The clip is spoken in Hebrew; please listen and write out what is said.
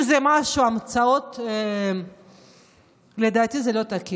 אם אלה המצאות, לדעתי זה לא תקין.